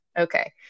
Okay